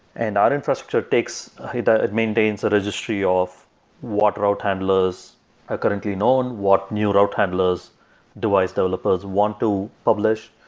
and our infrastructure takes it ah it maintains a registry of what route handlers are currently known, what new rote handlers device developers wants to publish.